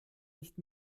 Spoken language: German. nicht